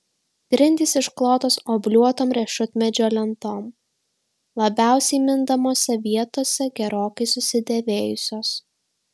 grindys išklotos obliuotom riešutmedžio lentom labiausiai mindomose vietose gerokai susidėvėjusios